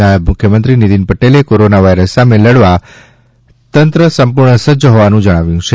નાયબ મુખ્યમંત્રી નિતિન પટેલે કોરોના વાઇરસ સામે લડવા તંત્ર સંપૂર્ણ સજ્જ હોવાનું જણાવ્યું છે